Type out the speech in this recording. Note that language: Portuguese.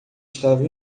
estava